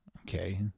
okay